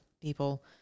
people